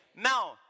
Now